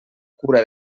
cura